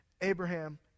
Abraham